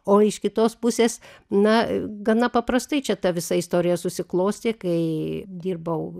o iš kitos pusės na gana paprastai čia ta visa istorija susiklostė kai dirbau